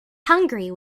hungary